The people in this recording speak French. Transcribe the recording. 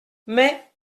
mais